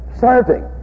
serving